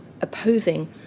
opposing